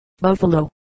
Buffalo